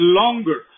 longer